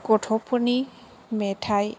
गथ'फोरनि मेथाइ